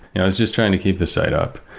i was just trying to keep this side up.